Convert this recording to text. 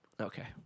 Okay